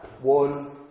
one